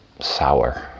sour